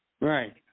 Right